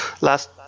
last